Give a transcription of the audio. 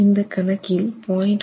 இந்த கணக்கில் 0